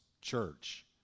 church